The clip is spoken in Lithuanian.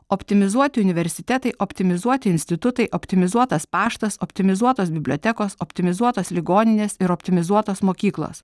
optimizuoti universitetai optimizuoti institutai optimizuotas paštas optimizuotos bibliotekos optimizuotos ligoninės ir optimizuotos mokyklos